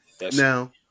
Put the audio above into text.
now